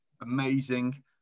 amazing